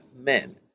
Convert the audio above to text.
men